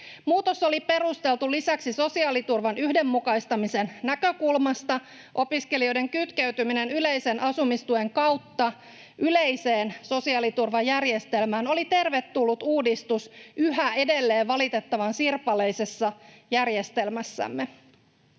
Muutos oli perusteltu lisäksi sosiaaliturvan yhdenmukaistamisen näkökulmasta. Opiskelijoiden kytkeytyminen yleisen asumistuen kautta yleiseen sosiaaliturvajärjestelmään oli tervetullut uudistus yhä edelleen valitettavan sirpaleisessa järjestelmässämme.